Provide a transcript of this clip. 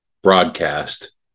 broadcast